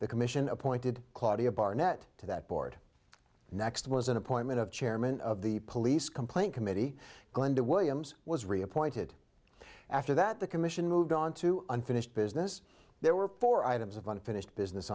the commission appointed claudio barnett to that board and next was an appointment of chairman of the police complaint committee glenda williams was reappointed after that the commission moved on to unfinished business there were four items of unfinished business